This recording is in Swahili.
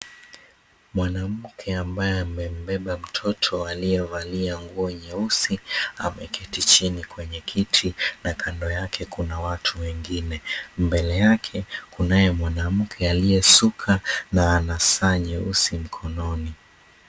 Mwanamke ambaye amembeba mtoto aliyevalia nguo nyeusi, ameketi chini kwenye kiti na kando yake kuna watu wengine. Mbele yake kunaye mwanamke aliyesuka na ana saa nyeusi mkononi.